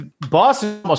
boston